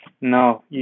No